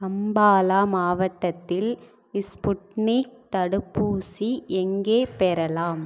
அம்பாலா மாவட்டத்தில் இஸ்புட்னிக் தடுப்பூசி எங்கே பெறலாம்